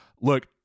look